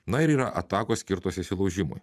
na ir yra atakos skirtos įsilaužimui